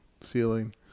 ceiling